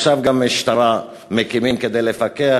עכשיו גם משטרה מקימים כדי לפקח,